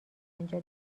انجا